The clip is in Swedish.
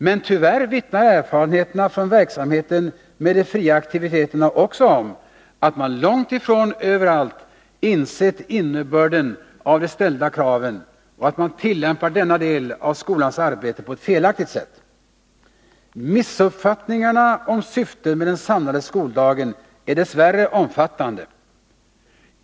Men tyvärr vittnar erfarenheterna från verksamheten med de fria aktiviteterna också om att man långt ifrån överallt insett innerbörden av de ställda kraven och att man tillämpar denna del av skolans arbete på ett felaktigt sätt. Missuppfattningarna om syftet med den samlade skoldagen är dess värre omfattande.